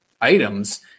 items